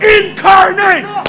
incarnate